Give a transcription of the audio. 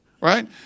Right